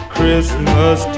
Christmas